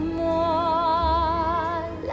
more